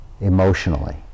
emotionally